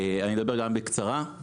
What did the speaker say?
אני מדבר גם בקצרה.